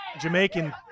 Jamaican